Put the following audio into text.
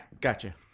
gotcha